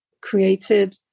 created